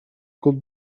could